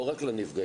לא רק לנפגעים,